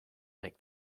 make